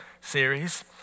series